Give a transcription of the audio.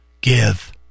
Give